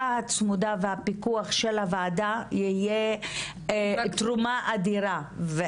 הצמודה והפיקוח של הוועדה תהיה תרומה אדירה.